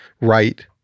right